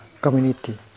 community